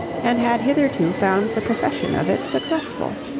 and had hitherto found the profession of it successful.